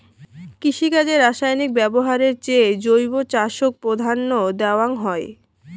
কৃষিকাজে রাসায়নিক ব্যবহারের চেয়ে জৈব চাষক প্রাধান্য দেওয়াং হই